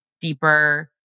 deeper